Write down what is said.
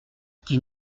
qui